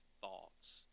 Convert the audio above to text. thoughts